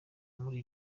muri